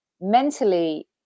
Mentally